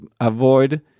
avoid